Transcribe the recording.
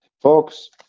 Folks